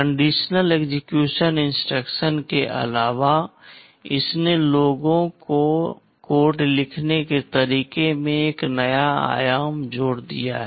conditional execution instructions के अलावा इसने लोगों को कोड लिखने के तरीके में एक नया आयाम जोड़ दिया है